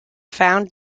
found